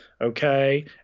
Okay